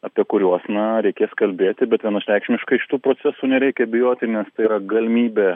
apie kuriuos na reikės kalbėti bet vienašreikšmiškai šitų procesų nereikia bijoti nes tai yra galimybė